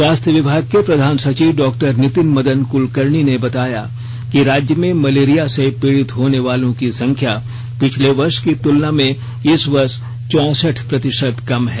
स्वास्थ्य विभाग के प्रधान सचिव डॉक्टर नितिन मदन कुलकर्णी ने बताया है कि राज्य में मलेरिया से पीड़ित होने वालों की संख्या पिछले वर्ष की तुलना में इस वर्ष चौसठ प्रतिशत कम है